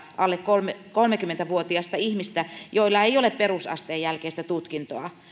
alle kolmekymmentä vuotiasta ihmistä joilla ei ole perusasteen jälkeistä tutkintoa